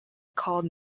called